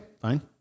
fine